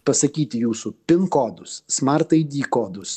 pasakyti jūsų pin kodus smart id kodus